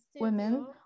women